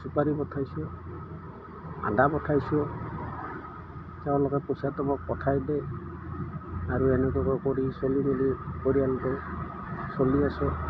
চুপাৰি পঠাইছোঁ আদা পঠাইছোঁ তেওঁলোকে পইচাটো মোক পঠাই দিয়ে আৰু এনেকুৱাকৈ কৰি চলি মেলি পৰিয়ালতো চলি আছোঁ